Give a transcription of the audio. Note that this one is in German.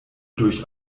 durch